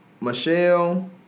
Michelle